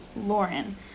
Lauren